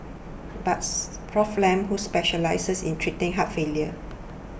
buts Prof Lam who specialises in treating heart failure